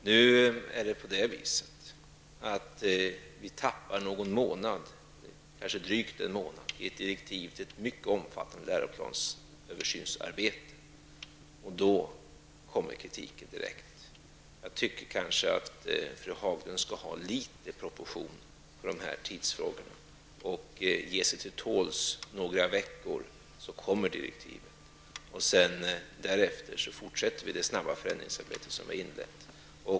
Nu försenas vi någon månad, kanske drygt en månad, i framläggandet av direktiv för ett mycket omfattande läroplansöversynsarbete, och då kommer kritiken direkt. Jag tycker att fru Haglund skulle visa litet bättre proportioner i synen på dessa tidsfrågor och ge sig till tåls några veckor. Då kommer direktiven. Därefter fortsätter vi det snabba förändringsarbete som är inlett.